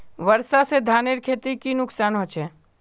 वर्षा से धानेर खेतीर की नुकसान होचे?